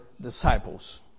disciples